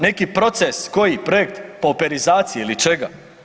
Neki proces, koji projekt, pauperizacija ili čega?